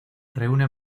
reúne